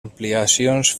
ampliacions